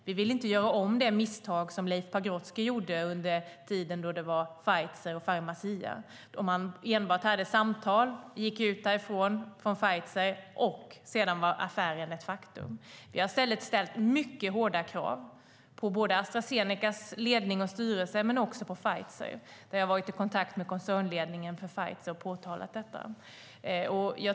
Vi ville inte göra om det misstag som Leif Pagrotsky gjorde med Pfizer och Pharmacia då man enbart hade samtal, gick ut från Pfizer och sedan var affären ett faktum. Vi har i stället ställt mycket hårda krav på både Astra Zenecas ledning och styrelse och på Pfizer. Jag har varit i kontakt med koncernledningen för Pfizer och påtalat detta.